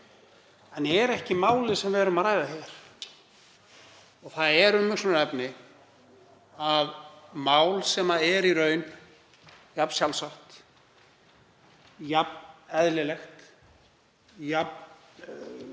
en er ekki málið sem við erum að ræða hér. Það er umhugsunarefni að mál sem er í raun jafn sjálfsagt og jafn eðlilegt og